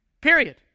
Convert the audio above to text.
Period